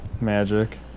magic